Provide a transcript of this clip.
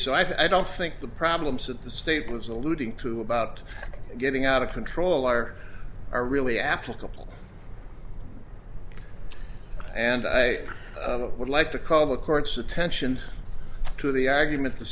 i'd don't think the problems that the state was alluding to about getting out of control are are really applicable and i would like to call the court's attention to the argument the